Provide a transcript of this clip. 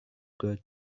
got